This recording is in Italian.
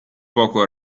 poco